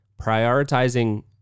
prioritizing